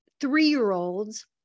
three-year-olds